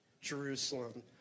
Jerusalem